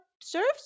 serves